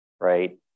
right